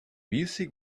music